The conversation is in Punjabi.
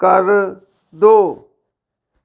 ਕਰ ਦਿਉ